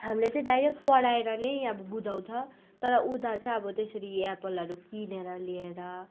हामले चाहिँ डाइरेक्ट पढाएर नै अब बुझाउँछ तर उता चाहिँ अब त्यसरी एप्पलहरू किनेर ल्याएर